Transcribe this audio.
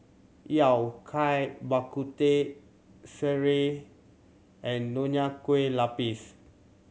Yao Cai Bak Kut Teh sireh and Nonya Kueh Lapis